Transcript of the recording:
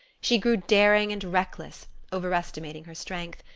she grew daring and reckless, overestimating her strength.